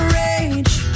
rage